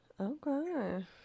Okay